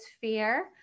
fear